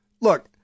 Look